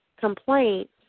Complaint